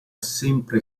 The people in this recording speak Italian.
sempre